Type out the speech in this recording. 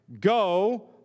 Go